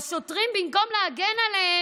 השוטרים, במקום להגן עליהם,